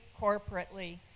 corporately